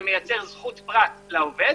שמייצר זכות פרט לעובד,